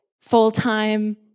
full-time